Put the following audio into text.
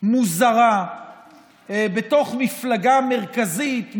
מוזרה בתוך מפלגה מרכזית,